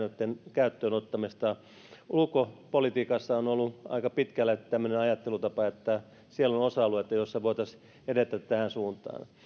käyttöön ottamista ulkopolitiikassa on ollut aika pitkällä tämmöinen ajattelutapa että siellä on osa alueita joissa voitaisiin edetä tähän suuntaan